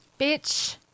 Bitch